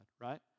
right